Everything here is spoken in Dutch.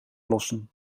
lossen